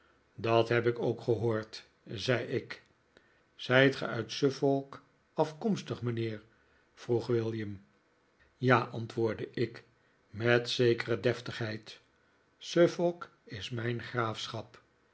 dat heb ik ook gehoord zei ik zijt ge uit suffolk afkomstig mijnheer vroeg william ja antwoordde ik met een zekere deftigheid suffolk is mijn graafschap